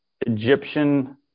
Egyptian